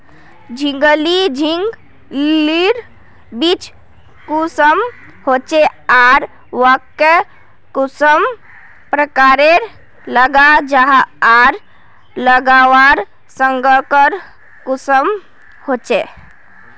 झिंगली झिंग लिर बीज कुंसम होचे आर वाहक कुंसम प्रकारेर लगा जाहा आर लगवार संगकर कुंसम होचे?